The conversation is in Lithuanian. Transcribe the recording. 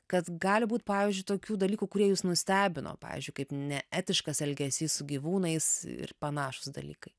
kad gali būt pavyzdžiui tokių dalykų kurie jus nustebino pavyzdžiui kaip neetiškas elgesys su gyvūnais ir panašūs dalykai